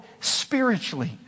spiritually